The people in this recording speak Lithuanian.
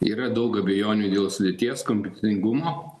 yra daug abejonių dėl sudėties kompetentingumo